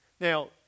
Now